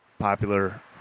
popular